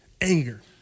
anger